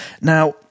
Now